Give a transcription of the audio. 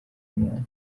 mwana